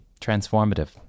transformative